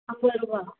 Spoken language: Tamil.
ஐம்பதுருவா